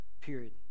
period